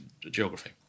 geography